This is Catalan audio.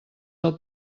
del